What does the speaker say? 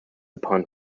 upon